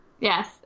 Yes